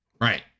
Right